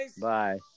Bye